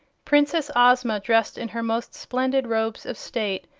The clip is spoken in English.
princess ozma, dressed in her most splendid robes of state,